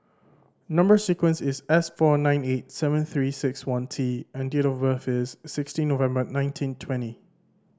number sequence is S four nine eight seven Three Six One T and date of birth is sixteen November nineteen twenty